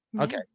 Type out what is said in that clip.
okay